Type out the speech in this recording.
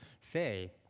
say